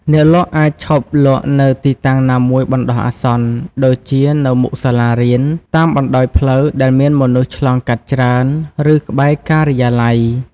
អ្នកលក់អាចឈប់លក់នៅទីតាំងណាមួយបណ្ដោះអាសន្ន ដូចជានៅមុខសាលារៀន តាមបណ្តោយផ្លូវដែលមានមនុស្សឆ្លងកាត់ច្រើន ឬក្បែរការិយាល័យ។